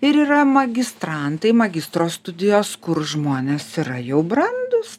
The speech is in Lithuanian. ir yra magistrantai magistro studijos kur žmonės yra jau brandūs